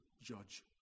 judge